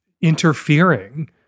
interfering